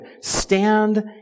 Stand